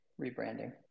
rebranding